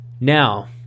Now